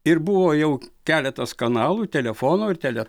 ir buvo jau keletas kanalų telefono tele